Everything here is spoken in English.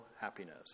happiness